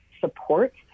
support